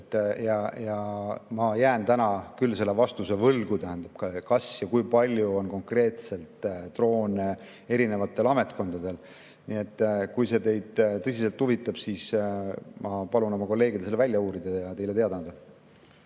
Ma jään täna küll selle vastuse võlgu, kas ja kui palju on konkreetselt droone erinevatel ametkondadel. Kui see teid tõsiselt huvitab, siis ma palun oma kolleegidel selle välja uurida ja teile teada anda.